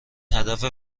هدف